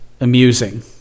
amusing